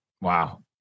Wow